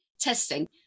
testing